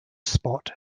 spot